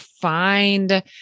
find